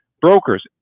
Brokers